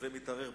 זה מתעורר,